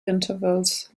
intervals